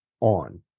on